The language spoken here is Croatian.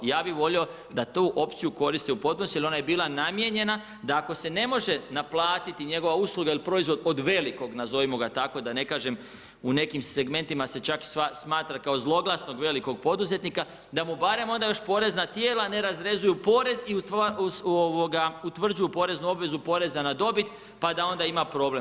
Ja bi volio da tu opciju koriste … jer ona je bila namijenjena, da ako se ne može naplatiti njegova usluga ili proizvod od „velikog“ nazovimo ga tako, da ne kažem, u nekim segmentima se čak smatra kao zloglasnog velikog poduzetnika, da mu barem još porezna tijela ne rezaju porez i utvrđuju poreznu obvezu poreza na dobit pa da onda ima problem.